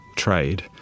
trade